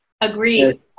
Agreed